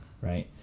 right